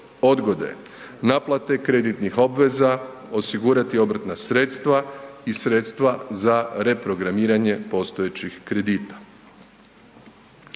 naplate kreditnih obveza, osigurati obrtna sredstva i sredstva za reprogramiranje postojećih kredita.